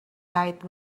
died